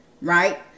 right